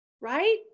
Right